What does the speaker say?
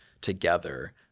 together